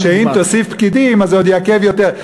שאם תוסיף פקידים אז זה עוד יעכב יותר.